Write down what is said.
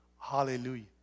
Hallelujah